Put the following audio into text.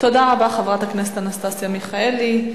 תודה רבה, חברת הכנסת אנסטסיה מיכאלי.